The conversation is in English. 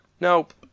Nope